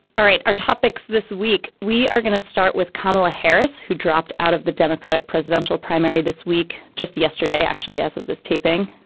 all right. our topics this week. we are going to start with kamala harris, who dropped out of the democratic presidential primary this week, just yesterday, actually, as of this taping.